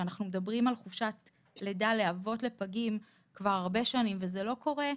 אנחנו מדברים על חופשת לידה לאבות לפגים כבר הרבה שנים וזה לא קורה.